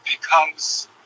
becomes